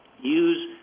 use